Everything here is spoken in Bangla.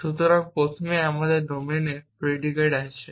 সুতরাং প্রথমে আমাদের ডোমেন প্রিডিকেট আছে